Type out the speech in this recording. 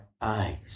eyes